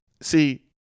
See